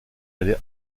allait